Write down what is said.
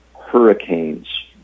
hurricanes